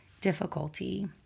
difficulty